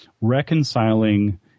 reconciling